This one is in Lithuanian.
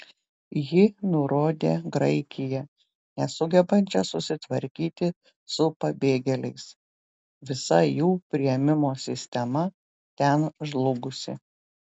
ji nurodė graikiją nesugebančią susitvarkyti su pabėgėliais visa jų priėmimo sistema ten žlugusi